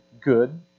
good